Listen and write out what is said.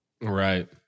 Right